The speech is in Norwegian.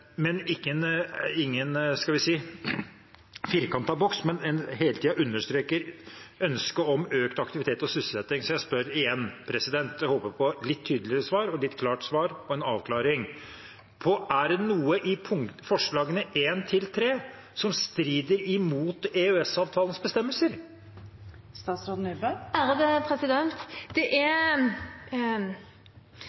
ikke en firkantet boks vi vil ha, men at en hele tiden understreker ønsket om økt aktivitet og sysselsetting. Så jeg spør igjen, og håper på et litt tydeligere og klarere svar og en avklaring: Er det noe i forslagene nr. 1–3 som strider imot EØS-avtalens bestemmelser? Hvis vi ser forslagene nr. 1–3 i sammenheng med det